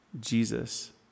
Jesus